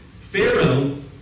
Pharaoh